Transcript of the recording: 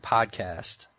Podcast